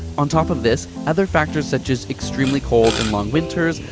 on top of this, other factors such as extremely cold and long winters,